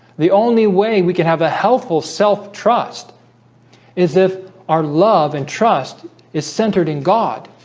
the only way we can have a healthful self trust is if our love and trust is centered in god